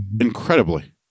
Incredibly